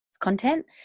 content